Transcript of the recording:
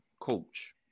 coach